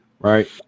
Right